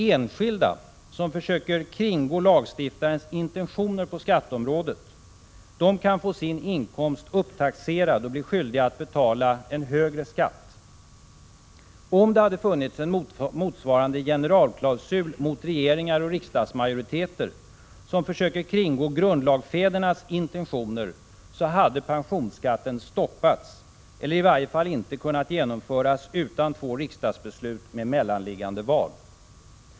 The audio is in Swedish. Enskilda som försöker kringgå lagstiftarens intentioner på skatteområdet kan få sin inkomst upptaxerad och bli skyldiga att betala en högre skatt. Om det hade funnits en motsvarande generalklausul mot regeringar och riksdagsmajoriteter som försöker kringgå grundlagsfädernas intentioner, så hade pensionsskatten stoppats, eller i varje fall inte kunnat genomföras utan två riksdagsbeslut med mellanliggande val.